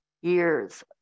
years